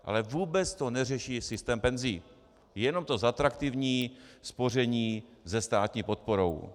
Ale vůbec to neřeší systém penzí, jenom to zatraktivní spoření se státní podporou.